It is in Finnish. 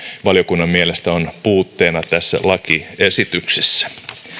valiokunnan mielestä on puutteena tässä lakiesityksessä